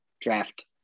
draft